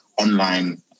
online